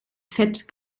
fett